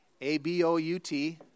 A-B-O-U-T